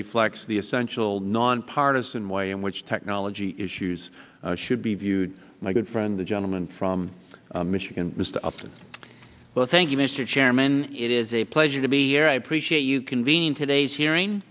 reflects the essential nonpartizan way in which technology issues should be viewed my good friend the gentleman from michigan mr upton well thank you mr chairman it is a pleasure to be here i appreciate you convening today's hearing